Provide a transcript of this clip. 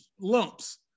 lumps